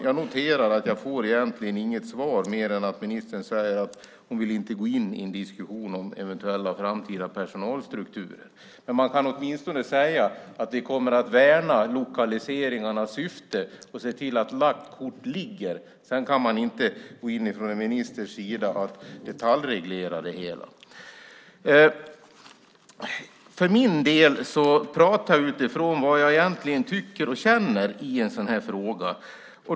Jag noterar att jag egentligen inte får något svar, annat än att ministern säger att hon inte vill gå in i en diskussion om eventuella framtida personalstrukturer. Man kan väl åtminstone säga att vi kommer att värna lokaliseringarnas syfte och se till att lagt kort ligger. Sedan kan man inte från en ministers sida gå in och detaljreglera det hela. För min del pratar jag utifrån vad jag egentligen tycker och känner i en sådan här fråga.